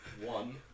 One